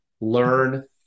learn